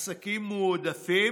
עסקים מועדפים,